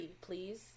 please